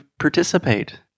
participate